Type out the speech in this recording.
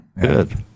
Good